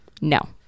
No